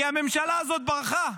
כי הממשלה הזאת ברחה,